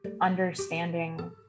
understanding